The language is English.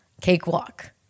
Cakewalk